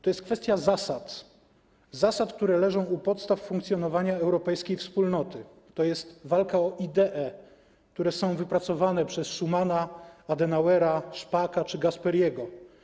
To jest kwestia zasad, które leżą u podstaw funkcjonowania europejskiej Wspólnoty, to jest walka o idee, które są wypracowane przez Schumana, Adenauera, Spaaka czy Gasperiego.